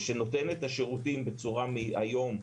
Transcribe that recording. ושנותן את השירותים היום,